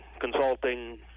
consulting